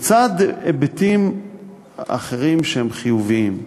לצד היבטים אחרים, שהם חיוביים.